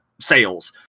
sales